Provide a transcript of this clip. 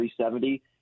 370